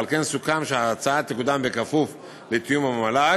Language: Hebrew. על כן, סוכם שההצעה תקודם בכפוף לתיאום עם המל"ג,